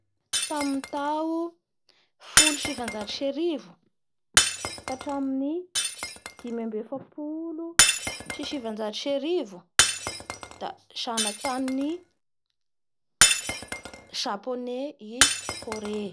Ny raha mitranga kore agny zany, ny lehilahindreo agny da tena lafa tonga zay ny fotoa itoriany fitiava amin'ny apelandreo agny fa lafa mifanambady amizay la miova toetsindreo lasa mampirafy reo da eo avao koa ny mody tara nohon'ny amin'ny asa da manaraky anizay mampirafy zany ny lehilahy agny